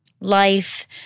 life